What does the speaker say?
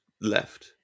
left